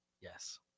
Yes